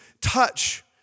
touch